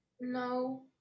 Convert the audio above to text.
No